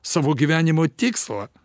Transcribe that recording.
savo gyvenimo tikslą